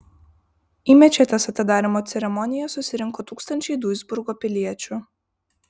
į mečetės atidarymo ceremoniją susirinko tūkstančiai duisburgo piliečių